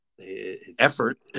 effort